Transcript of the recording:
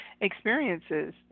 experiences